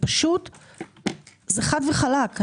זה חד וחלק.